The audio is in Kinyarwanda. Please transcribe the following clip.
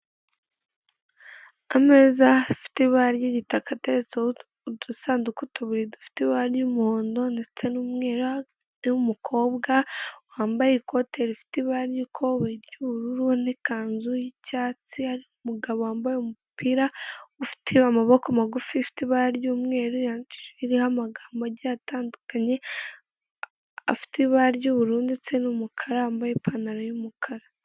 Ameza afite ibara ry'igitaka ateretseho udusandugu, tubiri dufite ibara ry'umuhondo, ndetse n'umweru ariho umukobwa wambaye ikote rifite ibara ry'ikoboyi ry'ubururu n'ikanzu y'icyatsi, hari umugabo wambaye umupira ufite amaboko magufi ufite ibara ry'umweru, wandikishijeho ririho amagambo agiye atandukanye afite ibara ry'ubururu ndetse n'umukara wambaye ipantaro y'umukara.